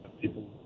people